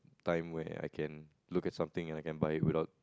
time way I can look at something I can buy without